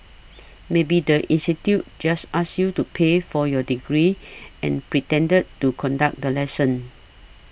maybe the institute just asked you to pay for your degree and pretended to conduct the lesson